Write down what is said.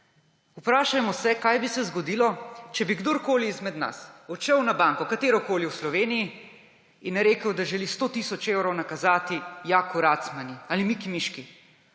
Vprašajmo se, kaj bi se zgodilo, če bi kdorkoli izmed nas odšel na banko, katerokoli v Sloveniji, in rekel, da želi 100 tisoč evrov nakazati Jaku Racmanu ali Miki Miški,